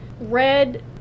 red